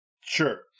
Sure